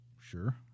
Sure